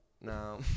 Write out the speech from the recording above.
no